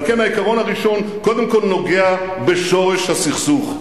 על כן העיקרון הראשון קודם כול נוגע בשורש הסכסוך,